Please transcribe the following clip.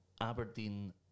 Aberdeen